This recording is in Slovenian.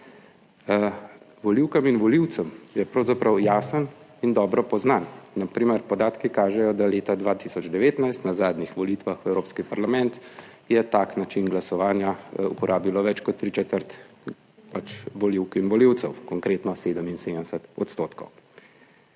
Volivkam in volivcem je pravzaprav jasen in dobro poznan, na primer podatki kažejo, da leta 2019 na zadnjih volitvah v Evropski parlament je tak način glasovanja uporabilo več kot tri četrt pač volivk in volivcev, konkretno 77 odstotkov.